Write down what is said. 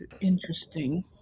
interesting